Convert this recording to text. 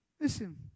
Listen